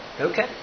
Okay